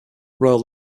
royal